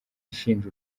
ishinja